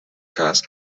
cas